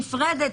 נפרדת,